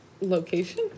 location